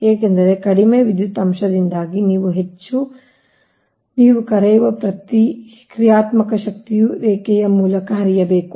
ಏಕೆಂದರೆ ಕಡಿಮೆ ವಿದ್ಯುತ್ ಅಂಶದಿಂದಾಗಿ ನೀವು ಹೆಚ್ಚು ನೀವು ಕರೆಯುವ ಪ್ರತಿಕ್ರಿಯಾತ್ಮಕ ಶಕ್ತಿಯು ರೇಖೆಯ ಮೂಲಕ ಹರಿಯಬೇಕು